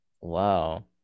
Wow